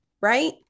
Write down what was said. right